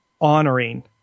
honoring